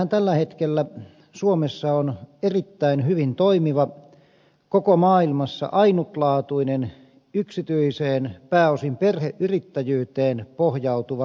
meillähän tällä hetkellä suomessa on erittäin hyvin toimiva koko maailmassa ainutlaatuinen yksityiseen pääosin perheyrittäjyyteen pohjautuva linja autoliikenne